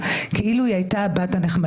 כפי שייקבע בחוק.